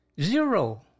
zero